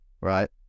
right